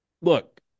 look